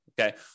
Okay